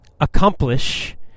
accomplish